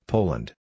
Poland